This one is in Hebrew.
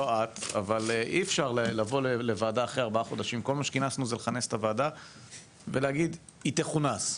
אי אפשר להגיע לוועדה אחרי ארבעה חודשים להגיד היא תכונס,